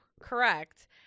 Correct